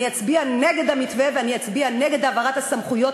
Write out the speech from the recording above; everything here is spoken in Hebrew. אני אצביע נגד המתווה ואני אצביע נגד העברת הסמכויות,